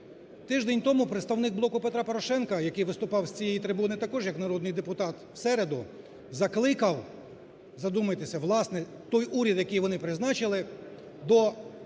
Тиждень тому представник "Блоку Петра Порошенка", який виступав з цієї трибуни також як народний депутат у середу, закликав, задумайтесь, власне, той уряд, який вони призначили, до публічного